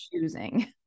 choosing